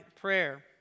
prayer